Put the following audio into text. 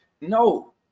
No